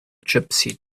gypsy